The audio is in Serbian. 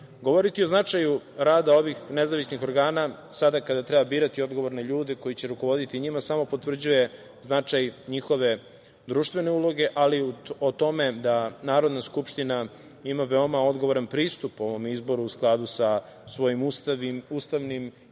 cilj. Govoriti o značaju rada ovih nezavisnih organa sada kada treba birati odgovorne ljude koji će rukovoditi njima samo potvrđuje značaj njihove društvene uloge, ali o tome da Narodna skupština ima veoma odgovoran pristup u ovom izboru u skladu sa svojim ustavnim i